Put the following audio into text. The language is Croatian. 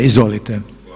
Izvolite.